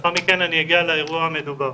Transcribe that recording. ולאחר מכן אגיע לאירוע המדובר.